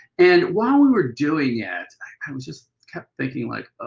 and while we were doing it i was just kept thinking like